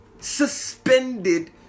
suspended